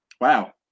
Wow